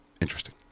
Interesting